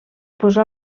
posà